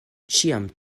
ĉiam